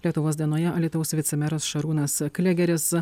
lietuvos dienoje alytaus vicemeras šarūnas klėgeris